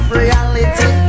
reality